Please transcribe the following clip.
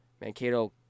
Mankato